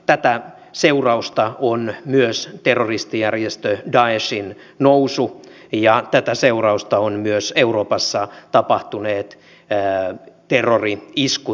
tätä seurausta on myös terroristijärjestö daeshin nousu ja tätä seurausta ovat myös euroopassa tapahtuneet terrori iskut